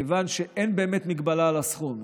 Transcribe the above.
מכיוון שאין באמת הגבלה על הסכום,